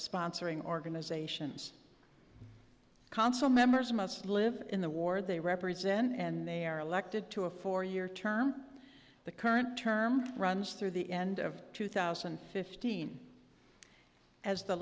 sponsoring organizations council members must live in the war they represent and they are elected to a four year term the current term runs through the end of two thousand and fifteen as the